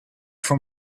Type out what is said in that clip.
from